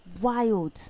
wild